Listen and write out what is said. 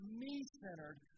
me-centered